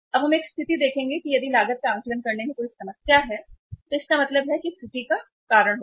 अब हम एक स्थिति देखेंगे कि यदि लागत का आकलन करने में कोई समस्या है तो इसका मतलब है कि त्रुटि का कारण होगा